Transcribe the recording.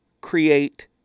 create